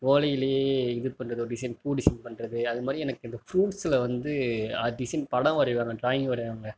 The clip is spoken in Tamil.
ஓலையிலையே இது பண்ணுறது ஒரு டிசைன் பூ டிசைன் பண்ணுறது அதுமாதிரி எனக்கு இந்த ஃப்ரூட்ஸில் வந்து அது டிசைன் படம் வரையிவாங்க ட்ராயிங் வரையிவாங்க